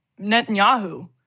Netanyahu